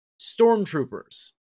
stormtroopers